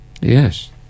Yes